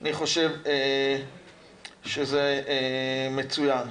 אני חושב שזה מצוין.